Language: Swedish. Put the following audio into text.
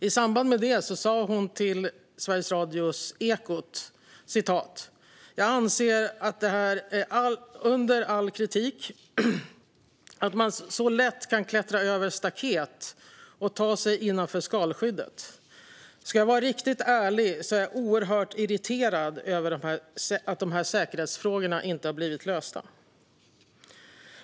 I samband med det sa hon till Sveriges Radios Ekot : "Jag anser att det är under all kritik att man så lätt kan klättra över staketet och ta sig innanför skalskydd. Ska jag vara riktigt ärlig så är jag oerhört irriterad över att de här säkerhetsfrågorna inte har blivit lösta."